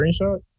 screenshot